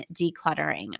decluttering